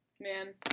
man